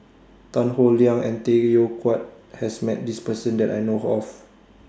Tan Howe Liang and Tay Koh Yat has Met This Person that I know of